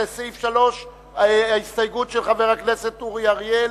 לסעיף 3 יש ההסתייגות של חבר הכנסת אורי אריאל.